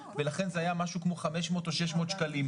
ולכן זה היה משהו כמו 500 או 600 שקלים.